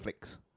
Netflix